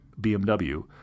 BMW